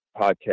podcast